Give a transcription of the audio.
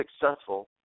successful